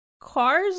cars